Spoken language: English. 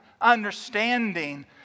understanding